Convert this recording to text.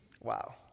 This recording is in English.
Wow